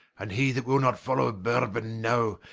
and he that will not follow burbon now,